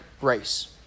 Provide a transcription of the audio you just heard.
race